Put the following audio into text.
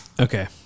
Okay